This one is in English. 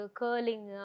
curling